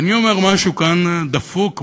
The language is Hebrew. אני אומר: משהו כאן דפוק,